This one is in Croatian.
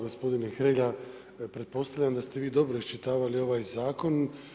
Gospodine Hrelja, pretpostavljam da ste vi dobro iščitavali ovaj zakon.